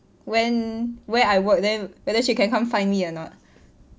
when where I work then whether she can come find me or not